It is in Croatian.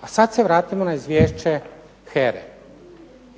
A sad se vratimo na Izvješće HERA-e